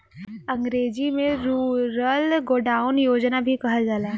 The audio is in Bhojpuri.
अंग्रेजी में रूरल गोडाउन योजना भी कहल जाला